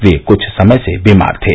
वे कुछ समय से बीमार थे